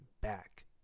back